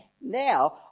now